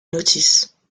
notices